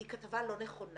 היא כתבה לא נכונה